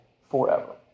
forever